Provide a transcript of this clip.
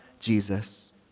Jesus